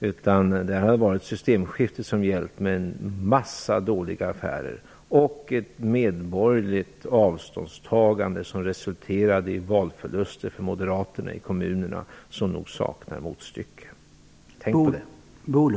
Där har det varit systemskifte som har gällt, med en mängd dåliga affärer, och ett medborgerligt avståndstagande som resulterade i valförluster i kommunerna för Moderaterna som nog saknar motstycke. Tänk på det!